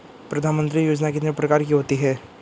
प्रधानमंत्री योजना कितने प्रकार की होती है?